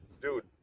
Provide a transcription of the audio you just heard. dude